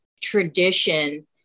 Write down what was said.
tradition